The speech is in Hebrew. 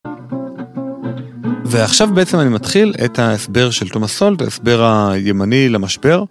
ועכשיו בעצם אני מתחיל את ההסבר של תומס סולד ההסבר הימני למשבר.